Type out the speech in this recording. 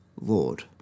Lord